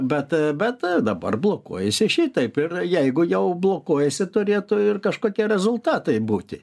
bet bet dabar blokuojasi šitaip ir jeigu jau blokuojasi turėtų ir kažkokie rezultatai būti